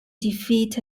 defeat